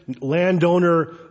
landowner